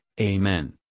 Amen